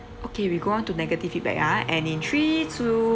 okay we go on to negative feedback ah and in three two